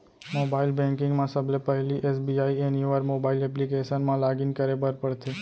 mobile banking म सबले पहिली एस.बी.आई एनिवर मोबाइल एप्लीकेसन म लॉगिन करे बर परथे